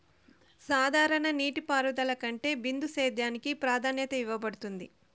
సాధారణ నీటిపారుదల కంటే బిందు సేద్యానికి ప్రాధాన్యత ఇవ్వబడుతుంది